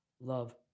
love